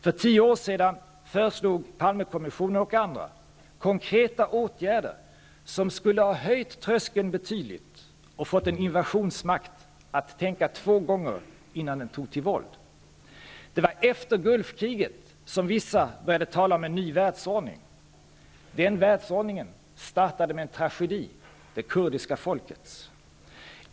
För tio år sedan föreslog Palmekommissionen och andra konkreta åtgärder som skulle ha höjt tröskeln betydligt och fått en invasionsmakt att tänka två gånger innan den tog till våld. Det var efter Gulfkriget som vissa började tala om en ny världsordning. Den världsordningen startade med en tragedi -- det kurdiska folkets.